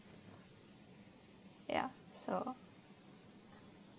ya so